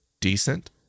decent